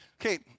Okay